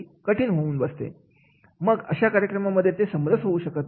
मग अशा कार्यक्रमांमध्ये ते समरस होऊ शकत नाहीत